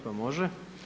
Može.